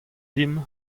dimp